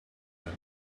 then